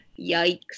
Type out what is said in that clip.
Yikes